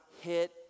hit